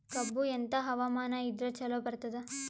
ಕಬ್ಬು ಎಂಥಾ ಹವಾಮಾನ ಇದರ ಚಲೋ ಬರತ್ತಾದ?